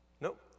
Nope